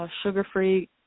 sugar-free